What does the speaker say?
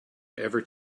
ever